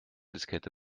diskette